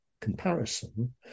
comparison